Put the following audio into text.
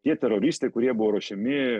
tie teroristai kurie buvo ruošiami